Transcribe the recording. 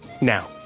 now